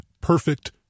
perfect